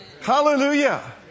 Hallelujah